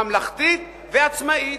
ממלכתית ועצמאית,